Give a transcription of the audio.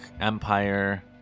empire